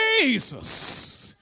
Jesus